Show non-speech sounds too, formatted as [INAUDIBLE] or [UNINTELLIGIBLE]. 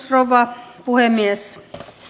[UNINTELLIGIBLE] rouva puhemies